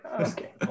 Okay